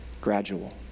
gradual